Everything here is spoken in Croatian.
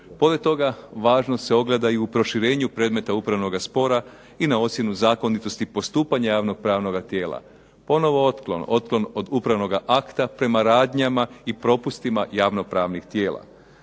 Pored toga, važno se ogleda i u proširenju predmeta upravnoga spora i na ocjenu zakonitosti postupanja javnog pravnoga tijela. Ponovo otklon, otklon od upravnoga akta prema radnjama i propustima javnopravnih tijela.